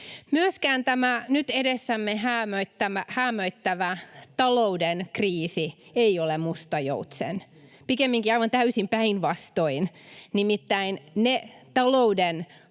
Myöskään tämä nyt edessämme häämöttävä talouden kriisi ei ole musta joutsen. Pikemminkin aivan täysin päinvastoin, nimittäin ne talouden